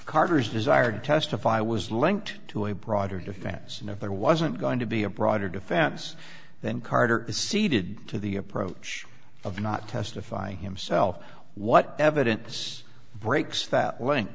carver's desire to testify was linked to a broader defense and if there wasn't going to be a broader defense than carter ceded to the approach of not testifying himself what evidence breaks that